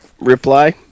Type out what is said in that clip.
reply